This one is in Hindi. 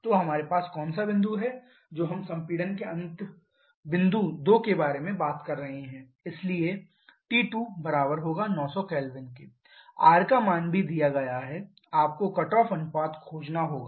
तो हमारे पास कौन सा बिंदु है जो हम संपीड़न के अंत बिंदु 2 के बारे में बात कर रहे हैं इसलिए T2 900 K R का मान भी दिया गया है आपको कट ऑफ अनुपात खोजना होगा